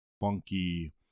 funky